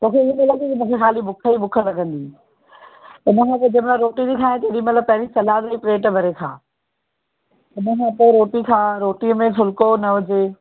तोखे इहो पियो लॻे मूंखे ख़ाली बुख ही बुख लॻंदी हुन खां पोइ जंहिं महिल रोटी बि खाए जेॾी महिल पहिरीं सलाद बि प्लेट भरे खा हुन खां पोइ रोटी खा रोटीअ में फुलको न हुजे